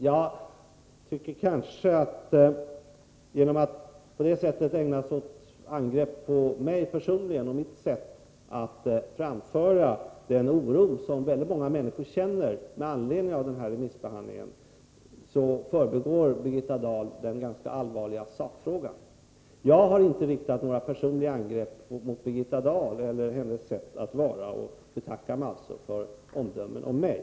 Jag tycker att Birgitta Dahl genom att på det sättet ägna sig åt angrepp på mig personligen och mitt — Om remissen av sätt att framföra den oro som väldigt många människor känner med = kraftindustrins föranledning av denna remissbehandling förbigår den ganska allvarliga = slag tillslutförvasakfrågan. Jag har inte riktat några personliga angrepp mot Birgitta Dahl ring av utbränt eller hennes sätt att vara, och jag betackar mig alltså för omdömen om mig.